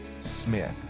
Smith